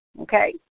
Okay